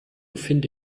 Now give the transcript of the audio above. finde